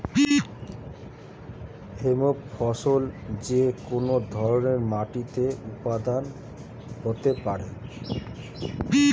hemp ফসল যে কোন ধরনের মাটিতে উৎপাদন হতে পারে